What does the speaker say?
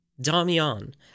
Damian